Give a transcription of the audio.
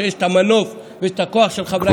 כשיש את המנוף ויש את הכוח של חברי הכנסת,